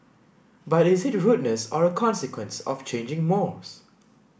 but is it rudeness or a consequence of changing mores